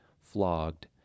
flogged